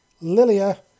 Lilia